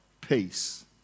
peace